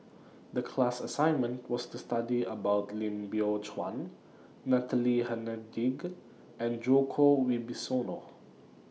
The class assignment was to study about Lim Biow Chuan Natalie Hennedige and Djoko Wibisono